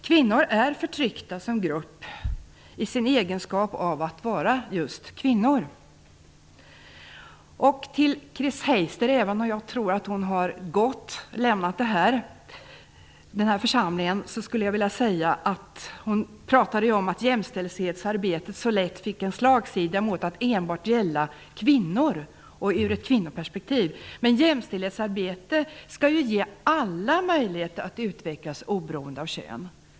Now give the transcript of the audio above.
Kvinnor är förtryckta som grupp i sin egenskap av att vara just kvinnor. Till Chris Heister, även om jag tror att hon har lämnat den här församlingen för dagen, skulle jag vilja säga följande. Hon talade om att jämställdhetsarbetet så lätt fick en slagsida mot att enbart gälla kvinnor och ur ett kvinnoperspektiv. Men jämställdhetsarbetet skall ju ge alla möjligheter att utvecklas oberoende av kön.